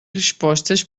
respostas